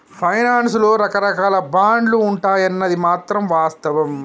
finance లో రకరాకాల బాండ్లు ఉంటాయన్నది మాత్రం వాస్తవం